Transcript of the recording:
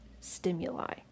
stimuli